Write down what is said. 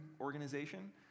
organization